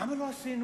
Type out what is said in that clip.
למה לא עשינו?